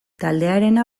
taldearena